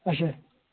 اچھا